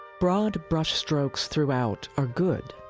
broad brushstrokes throughout are good.